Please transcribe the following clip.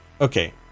okay